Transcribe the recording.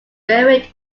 buried